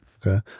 okay